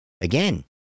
again